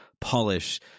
polish